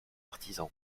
artisans